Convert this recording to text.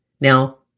Now